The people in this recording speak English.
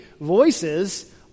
voices